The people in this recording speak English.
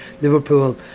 Liverpool